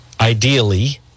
Ideally